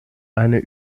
eine